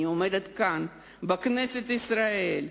אני עומדת כאן, בכנסת ישראל,